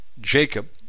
Jacob